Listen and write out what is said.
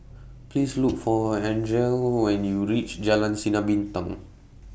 Please Look For Angele when YOU REACH Jalan Sinar Bintang